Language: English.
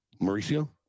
Mauricio